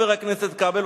חבר הכנסת כבל,